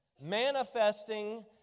manifesting